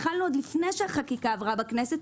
התחלנו לפני שהחקיקה עברה בכנסת,